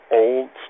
old